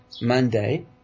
Monday